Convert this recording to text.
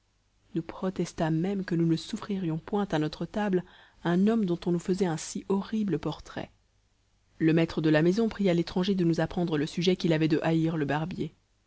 nous protestâmes même que nous ne souffririons point à notre table un homme dont on nous faisait un si horrible portrait le maître de la maison pria l'étranger de nous apprendre le sujet qu'il avait de haïr le barbier